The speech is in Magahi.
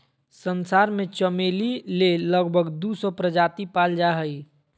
संसार में चमेली के लगभग दू सौ प्रजाति पाल जा हइ